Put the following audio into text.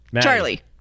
Charlie